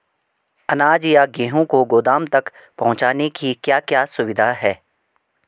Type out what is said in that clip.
अनाज या गेहूँ को गोदाम तक पहुंचाने की क्या क्या सुविधा है?